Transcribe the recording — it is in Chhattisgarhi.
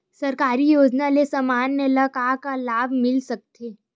सरकारी योजना ले समस्या ल का का लाभ मिल सकते?